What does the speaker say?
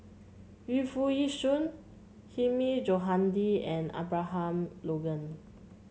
Yu Foo Yee Shoon Hilmi Johandi and Abraham Logan